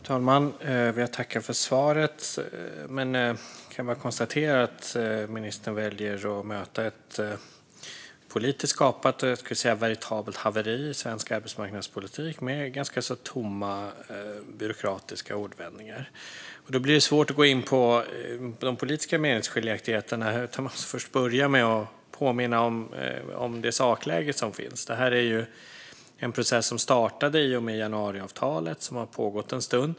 Fru talman! Jag tackar för svaret. Men jag kan konstatera att ministern väljer att möta frågan om ett politiskt skapat och, skulle jag säga, veritabelt haveri i svensk arbetsmarknadspolitik med ganska tomma byråkratiska ordvändningar. Då blir det svårt att gå in på de politiska meningsskiljaktigheterna. Jag måste alltså börja med att påminna om det sakläge som finns. Det här är en process som startade i och med januariavtalet och som har pågått en stund.